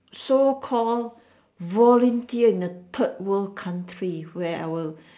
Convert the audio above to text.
so call volunteer in a third world country where I will